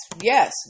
yes